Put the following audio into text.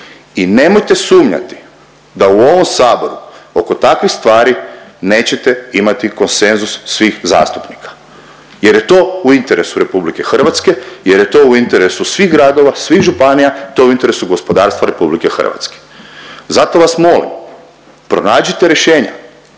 i nemojte sumnjati da u ovom Saboru oko takvih stvari nećete imati konsenzus svih zastupnika jer je to u interesu RH, jer je to u interesu svih gradova, svih županija, to je u interesu gospodarstva RH. Zato vas molim, pronađite rješenja,